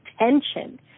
attention